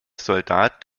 soldat